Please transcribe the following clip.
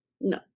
no